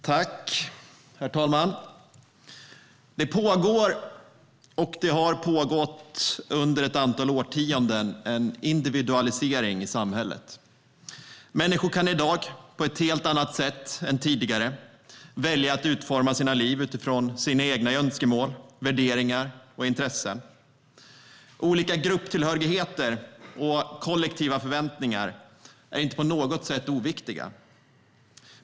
Herr talman! Det pågår - och har under ett antal årtionden pågått - en individualisering i samhället. Människor kan i dag på ett helt annat sätt än tidigare välja att utforma sina liv utifrån sina egna önskemål, värderingar och intressen. Olika grupptillhörigheter och kollektiva förväntningar är inte på något sätt oviktiga.